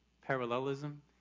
parallelism